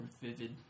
vivid